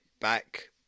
back